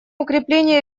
укрепление